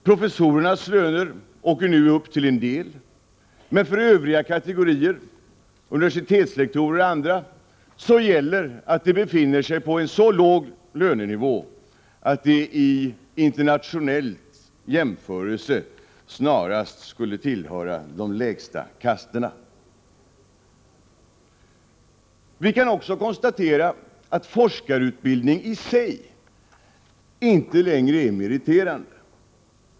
Professorernas löner åker nu upp till en del, men för övriga kategorier, universitetslektorer och andra, gäller att de befinner sig på en så låg lönenivå att de vid en internationell jämförelse snarast skulle tillhöra de lägsta kasterna. Vi kan också konstatera att forskarutbildning i sig inte längre är meriterande.